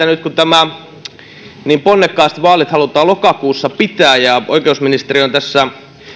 nyt kun niin ponnekkaasti vaalit halutaan lokakuussa pitää ja oikeusministeriö on tässä